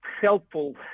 helpful